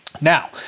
Now